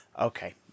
Okay